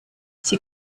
sie